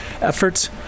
efforts